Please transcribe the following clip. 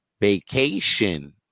vacation